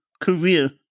career